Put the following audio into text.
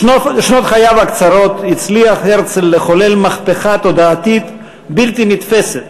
בשנות חייו הקצרות הצליח הרצל לחולל מהפכה תודעתית בלתי נתפסת,